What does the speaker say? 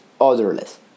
odorless